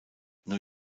new